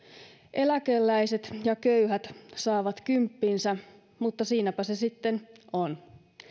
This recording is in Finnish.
eläkeläiset ja köyhät saavat kymppinsä mutta siinäpä se sitten on